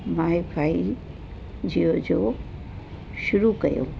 wifi Jio जो शुरू कयो